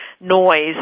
noise